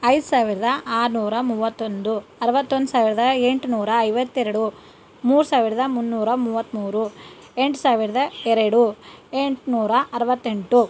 ಐದು ಸಾವಿರದ ಆರುನೂರ ಮೂವತ್ತೊಂದು ಅರ್ವತ್ತೊಂದು ಸಾವಿರದ ಎಂಟುನೂರ ಐವತ್ತೆರಡು ಮೂರು ಸಾವಿರದ ಮುನ್ನೂರ ಮೂವತ್ತ್ಮೂರು ಎಂಟು ಸಾವಿರದ ಎರಡು ಎಂಟುನೂರ ಅರವತ್ತೆಂಟು